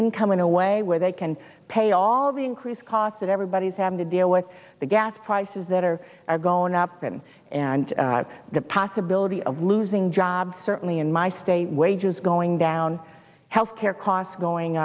income in a way where they can pay all the increased costs that everybody is having to deal with the gas prices that are are going up going and the possibility of losing jobs certainly in my state wages going down health care costs going